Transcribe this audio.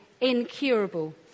incurable